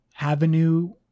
avenue